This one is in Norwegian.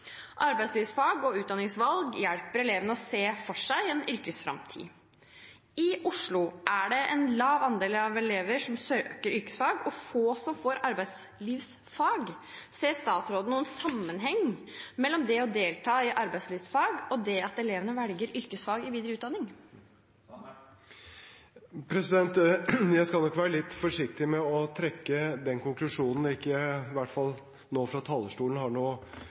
Arbeidslivsfag og utdanningsvalg hjelper elevene til å se for seg en yrkesframtid. I Oslo er det en lav andel av elever som søker yrkesfag, og få som får arbeidslivsfag. Ser statsråden noen sammenheng mellom det å delta i arbeidslivfag og det at elevene velger yrkesfag i videre utdanning? Jeg skal være litt forsiktig med å trekke den konklusjonen, og i hvert fall nå fra talerstolen – jeg har